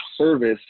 service